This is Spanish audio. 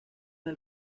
del